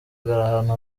ahantu